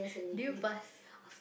did you pass